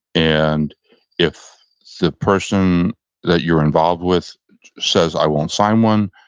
and if the person that you're involved with says i won't sign one,